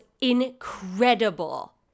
incredible